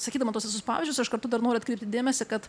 sakydama tuos visus pavyzdžius aš kartu dar noriu atkreipti dėmesį kad